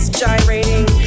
gyrating